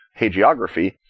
hagiography